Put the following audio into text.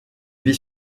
vit